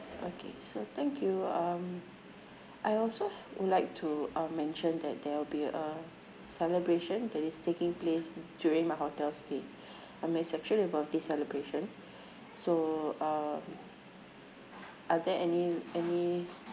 okay so thank you um I also would like to um mention that there will be a celebration that is taking place during my hotel stay I mean it's actually a birthday celebration so uh are there any any